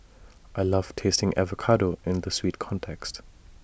I love tasting avocado in the sweet context